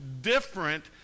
different